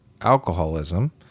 alcoholism